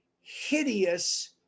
hideous